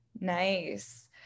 Nice